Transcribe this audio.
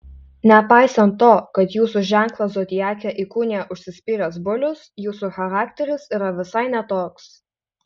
nepaisant to kad jūsų ženklą zodiake įkūnija užsispyręs bulius jūsų charakteris yra visai ne toks